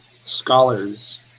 scholars